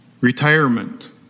Retirement